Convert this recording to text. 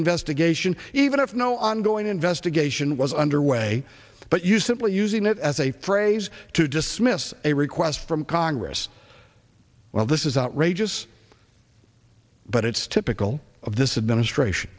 investigation even if no ongoing investigation was underway but you simply using it as a phrase to dismiss a request from congress well this is outrageous but it's typical of this administration